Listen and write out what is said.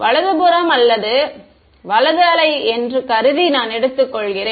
வலதுபுறம் அலை வலது என்று கருதி நான் ejஎடுத்துக்கொள்கிறேன்